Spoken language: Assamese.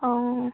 অঁ